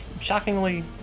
shockingly